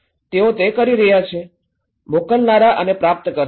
તેઓ તે કરી રહ્યા છે મોકલનારા અને પ્રાપ્તકર્તાઓ